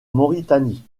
mauritanie